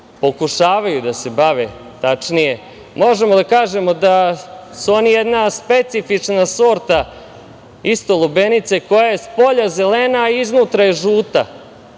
pokušavaju da se bave tačnije, možemo da kažemo, da su oni jedna specifična sorta isto lubenice koja je spolja zelena, a iznutra je žuta.